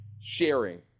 sharing